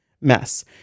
mess